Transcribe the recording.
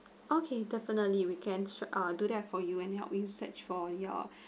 okay definitely we can err do that for you and help you search for your